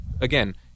Again